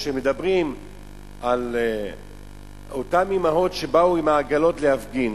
כשמדברים על אותן אמהות שבאו עם העגלות להפגין,